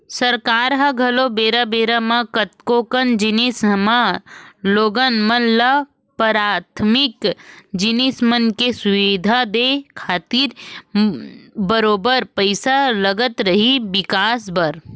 सरकार ल घलो बेरा बेरा म कतको जिनिस म लोगन मन ल पराथमिक जिनिस मन के सुबिधा देय खातिर बरोबर पइसा लगत रहिथे बिकास बर